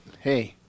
hey